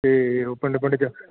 ਅਤੇ ਪਿੰਡ ਪਿੰਡ 'ਚ